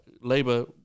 Labour